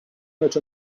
that